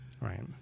Right